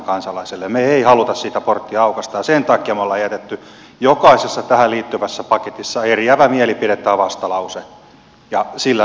me emme halua sitä porttia aukaista ja sen takia me olemme jättäneet jokaisessa tähän liittyvässä paketissa eriävän mielipiteen tai vastalauseen ja sillä linjalla mennään